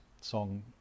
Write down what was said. song